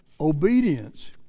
obedience